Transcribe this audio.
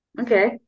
Okay